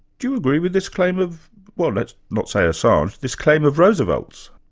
do you agree with this claim of well let's not say assange, this claim of roosevelt's?